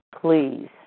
please